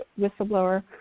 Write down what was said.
whistleblower